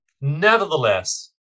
Nevertheless